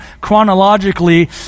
chronologically